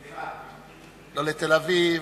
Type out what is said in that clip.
לא לתל-אביב,